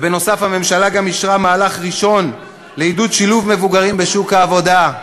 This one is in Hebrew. ובנוסף הממשלה גם אישרה מהלך ראשון לעידוד שילוב מבוגרים בשוק העבודה.